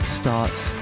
starts